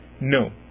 no